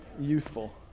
Youthful